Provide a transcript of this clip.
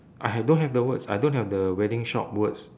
I ha~ don't have the words I don't have the wedding shop words